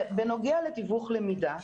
בנוגע לתיווך למידה,